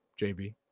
JB